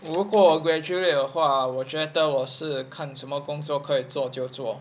如果我 graduate 的话我觉得我是看什么工作可以做就做